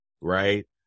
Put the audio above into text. right